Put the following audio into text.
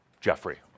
Jeffrey –